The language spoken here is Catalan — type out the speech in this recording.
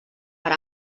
per